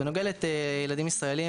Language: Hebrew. בנוגע ילדים ישראליים,